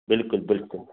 बिल्कुलु बिल्कुलु